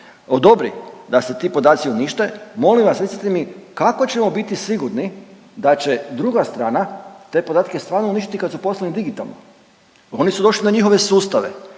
odobri da se ti podaci unište molim vas recite mi kako ćemo biti sigurni da će druga strana te podatke stvarno uništiti kad su poslani digitalno, oni su došli na njihove sustave,